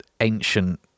ancient